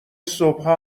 صبحها